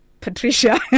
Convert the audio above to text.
Patricia